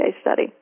study